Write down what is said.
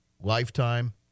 lifetime